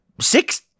six